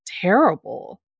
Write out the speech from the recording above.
terrible